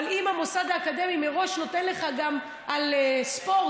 אבל אם המוסד האקדמי מראש נותן לך גם על ספורט,